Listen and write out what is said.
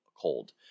cold